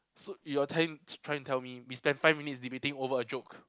so you are telling try trying to tell me we spent five minutes debating over a joke